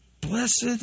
Blessed